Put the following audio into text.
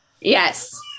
Yes